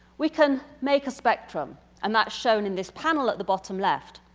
we can make a spectrum and that's shown in this panel at the bottom left.